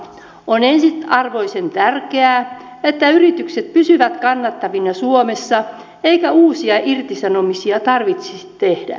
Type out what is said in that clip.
on ensiarvoisen tärkeää että yritykset pysyvät kannattavina suomessa eikä uusia irtisanomisia tarvitsisi tehdä